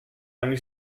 anni